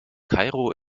kairo